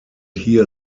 hear